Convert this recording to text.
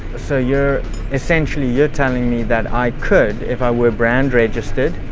so you're essentially, you're telling me that i could, if i were brand registered,